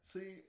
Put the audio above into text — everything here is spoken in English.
See